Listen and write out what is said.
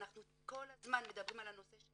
אנחנו כל הזמן מדברים על נושא של